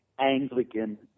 Anglican